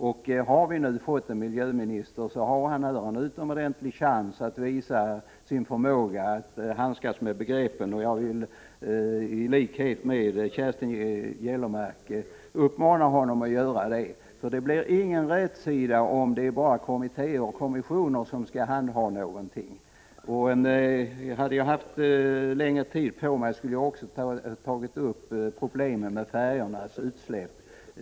Den miljöminister som vi nu har fått har här ett utomordentligt tillfälle att visa sin förmåga att handskas med dessa frågor. Jag vill i likhet med Kerstin Gellerman uppmana honom att ta sig an denna fråga. Det blir nämligen ingen rätsida på problemen om det bara är kommittéer och kommissioner som skall handha en fråga. Hade jag haft mera tid på mig, skulle jag också ha tagit upp problemen med utsläppen från färjetrafiken.